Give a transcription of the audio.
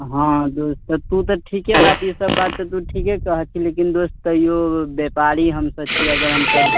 हँ दोस्त तू तऽ ठीके बात ईसभ बात तऽ तू ठीके कहैत छी लेकिन दोस्त तहियो बेकारी हमसभ छी अगर हमसभ